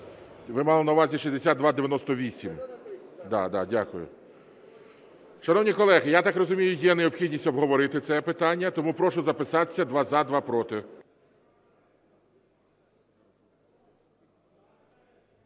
Ви мали на увазі 6298. (Шум у залі) Да, да, дякую. Шановні колеги, я так розумію, є необхідність обговорити це питання. Тому прошу записатися: два – за, два – проти.